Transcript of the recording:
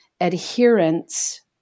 adherence